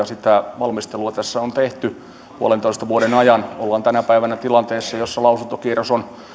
sitä valmistelua tässä on tehty puolentoista vuoden ajan ollaan tänä päivänä tilanteessa jossa lausuntokierros on